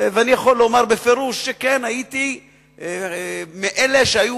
ואני יכול לומר בפירוש שהייתי מאלה שהיו